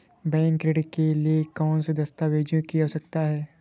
Bank ऋण के लिए कौन से दस्तावेजों की आवश्यकता है?